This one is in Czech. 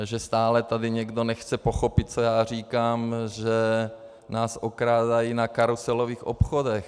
Že stále tady někdo nechce pochopit, co já říkám, že nás okrádají na karuselových obchodech.